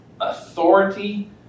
Authority